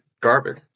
garbage